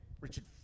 Richard